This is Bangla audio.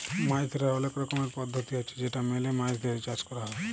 মাছ ধরার অলেক রকমের পদ্ধতি আছে যেটা মেলে মাছ চাষ ক্যর হ্যয়